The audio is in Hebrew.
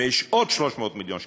ויש עוד 300 מיליון שקלים.